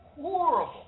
horrible